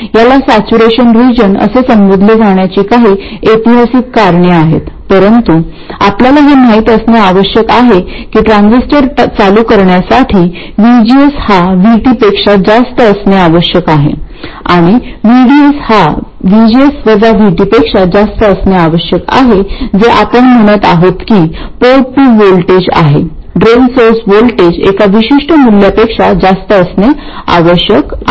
याला saturation region असे संबोधले जाण्याची काही ऐतिहासिक कारणे आहेत परंतु आपल्याला हे माहित असणे आवश्यक आहे की ट्रान्झिस्टर चालू करण्यासाठी VGS हा VT पेक्षा जास्त असणे आवश्यक आहे आणि VDS हा VGS वजा VT पेक्षा जास्त असणे आवश्यक आहे जे आपण म्हणत आहोत की पोर्ट टू व्होल्टेज आहे ड्रेन सोर्स व्होल्टेज एका विशिष्ट मूल्यापेक्षा जास्त असणे आवश्यक आहे